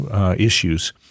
issues